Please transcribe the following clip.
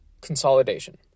consolidation